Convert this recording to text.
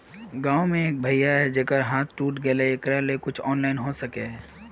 गाँव में एक भैया है जेकरा हाथ टूट गले एकरा ले कुछ ऑनलाइन होबे सकते है?